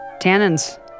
Tannins